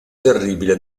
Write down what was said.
terribile